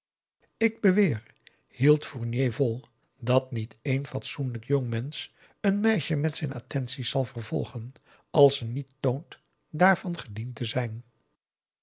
ik beweer hield fournier vol dat niet één fatsoenlijk jongmensch n meisje met zijn attenties zal vervolgen als ze niet toont daarvan gediend te zijn